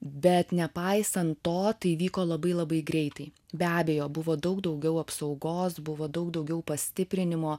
bet nepaisant to tai vyko labai labai greitai be abejo buvo daug daugiau apsaugos buvo daug daugiau pastiprinimo